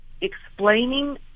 Explaining